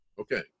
okay